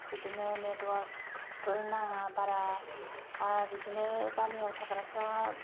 बिदिनो नेतवर्कफोर नाङा बारा आरो बिदिनो गामियाव थाग्राफ्रा